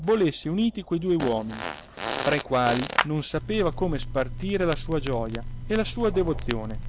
volesse uniti quei due uomini fra i quali non sapeva come spartire la sua gioja e la sua devozione